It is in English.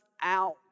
out